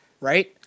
right